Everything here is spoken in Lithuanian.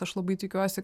aš labai tikiuosi